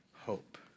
hope